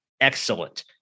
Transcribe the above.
excellent